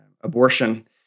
abortion